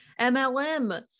MLM